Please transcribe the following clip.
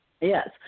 Yes